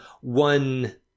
one